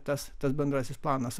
tas tas bendrasis planas